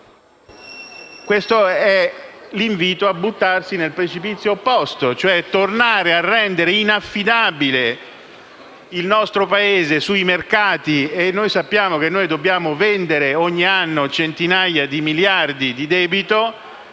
Questo è l'invito a buttarsi nel precipizio opposto, cioè a tornare a rendere inaffidabile il nostro Paese sui mercati (e sappiamo che ogni anno dobbiamo vendere centinaia di miliardi di debito),